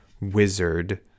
Wizard